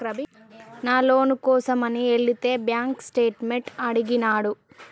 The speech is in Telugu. నాను లోను కోసమని ఎలితే బాంక్ స్టేట్మెంట్ అడిగినాడు